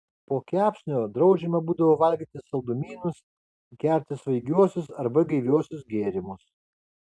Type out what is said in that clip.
po kepsnio draudžiama būdavo valgyti saldumynus gerti svaigiuosius arba gaiviuosius gėrimus